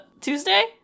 Tuesday